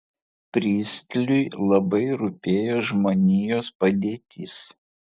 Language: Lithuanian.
pristliui labai rūpėjo žmonijos padėtis